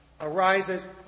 arises